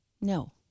No